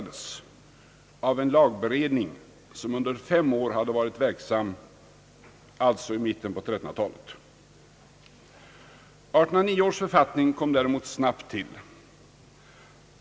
des av en lagberedning som under fem år hade varit verksam — alltså i mitten på 1300-talet. 1809 års författning kom däremot snabbt.